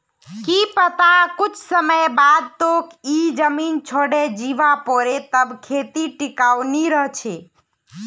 की पता कुछ समय बाद तोक ई जमीन छोडे जीवा पोरे तब खेती टिकाऊ नी रह छे